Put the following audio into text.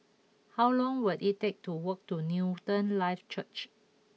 how long will it take to walk to Newton Life Church